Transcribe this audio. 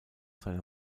seiner